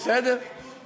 מרוב מתיקות,